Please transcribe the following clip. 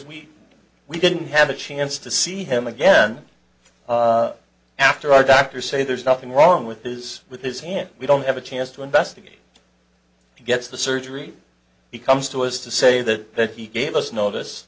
we we didn't have a chance to see him again after our doctors say there's nothing wrong with his with his hand we don't have a chance to investigate he gets the surgery he comes to us to say that he gave us notice